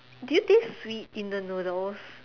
do you taste sweet in the noodles